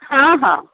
ହଁ ହଁ